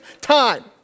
time